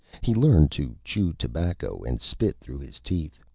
he learned to chew tobacco and spit through his teeth,